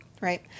right